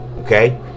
okay